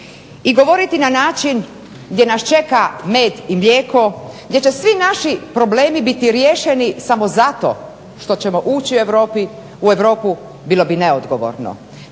i govoriti na način gdje nas čeka med i mlijeko, gdje će svi naši problemi biti riješeni samo zato što ćemo ući u Europu bilo bi neodgovorno.